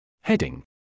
Heading